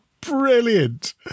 Brilliant